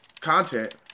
content